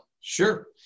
Sure